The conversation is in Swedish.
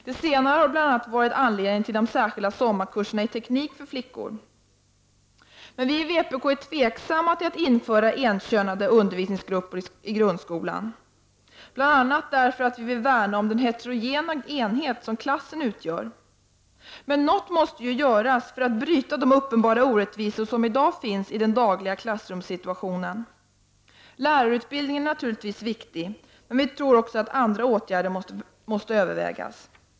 Det senare har bl.a. varit anledningen till att särskilda sommarkurser i teknik har anordnats för flickor. Vi i vpk är tveksamma till att införa enkönade undervisningsgrupper i grundskolan, bl.a. därför att vi vill värna om den heterogena enhet som klassen utgör. Något måste ändå göras för att bryta de uppenbara orättvisor som i dag finns i den dagliga klassrumssituationen. Lärarutbildningen är naturligtvis viktig, men vi tror också att andra åtgärder måste övervägas.